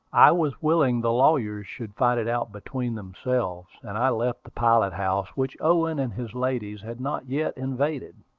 i was willing the lawyers should fight it out between themselves, and i left the pilot-house, which owen and his ladies had not yet invaded.